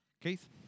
Keith